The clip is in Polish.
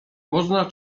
można